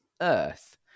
earth